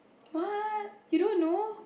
what you don't know